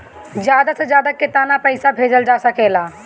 ज्यादा से ज्यादा केताना पैसा भेजल जा सकल जाला?